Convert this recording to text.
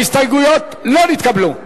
ההסתייגויות לא נתקבלו.